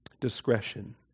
Discretion